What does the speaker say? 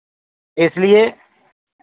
इसलिए